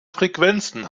frequenzen